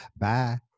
Bye